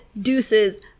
deuces